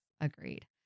Agreed